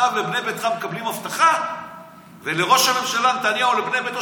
אתה ובני ביתך מקבלים אבטחה ולראש הממשלה נתניהו ולבני ביתו,